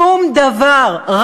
שום דבר.